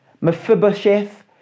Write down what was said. Mephibosheth